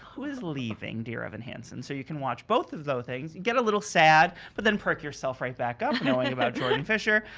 who is leaving dear evan hansen. so you can watch both of those things. get a little sad, but then perk yourself right back up knowing about jordan fischer.